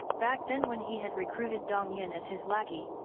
back then when he had recruited dong yin as his lackey,